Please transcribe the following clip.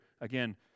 again